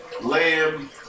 lamb